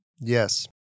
Yes